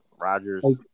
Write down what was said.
Rodgers